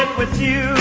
with you.